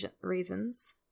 reasons